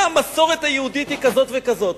והמסורת היהודית היא כזאת וכזאת.